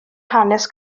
hanes